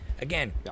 again